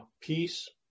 peace